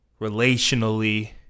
relationally